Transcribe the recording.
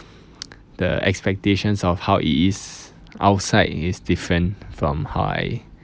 the expectations of how it is outside is different from how I